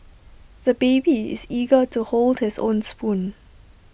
the baby is eager to hold his own spoon